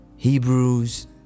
Hebrews